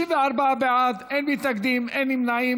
64 בעד, אין מתנגדים, אין נמנעים.